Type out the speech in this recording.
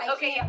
Okay